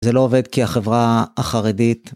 זה לא עובד כי החברה החרדית.